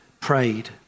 prayed